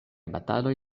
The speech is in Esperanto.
bataloj